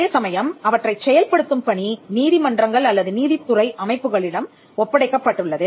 அதேசமயம் அவற்றைச் செயல்படுத்தும் பணி நீதிமன்றங்கள் அல்லது நீதித்துறை அமைப்புகளிடம் ஒப்படைக்கப்பட்டுள்ளது